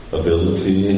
ability